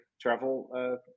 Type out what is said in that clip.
travel